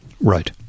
right